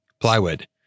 Plywood